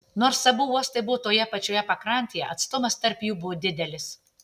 nors abu uostai buvo toje pačioje pakrantėje atstumas tarp jų buvo didelis